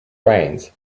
rains